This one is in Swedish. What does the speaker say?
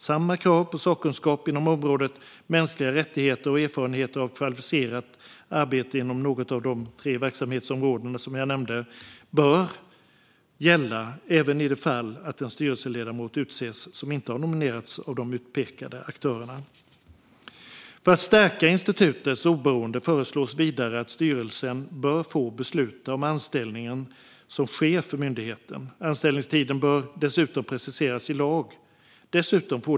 Samma krav på sakkunskap inom området mänskliga rättigheter och erfarenhet av kvalificerat arbete inom något av de tre verksamhetsområden som jag nämnde bör gälla även om det utses en styrelseledamot som inte har nominerats av de utpekade aktörerna. För att stärka institutets oberoende föreslås vidare att styrelsen får besluta om anställningen som chef för myndigheten. Anställningstiden bör dessutom preciseras i lag.